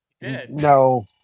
No